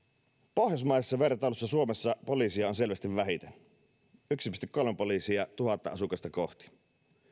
pohjoismaisessa vertailussa suomessa poliiseja on selvästi vähiten yksi pilkku kolme poliisia tuhatta asukasta kohti